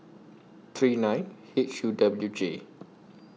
three nine H U W J